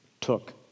took